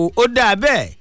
odabe